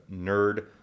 nerd